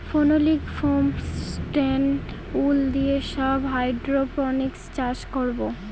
phenolic foam, stone wool দিয়ে সব hydroponics চাষ করাবো